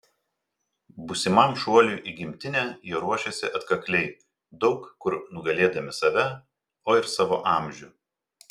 būsimam šuoliui į gimtinę jie ruošėsi atkakliai daug kur nugalėdami save o ir savo amžių